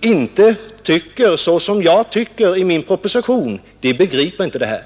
inte tycker som kommunikationsministern tycker i sin proposition begriper inte det här.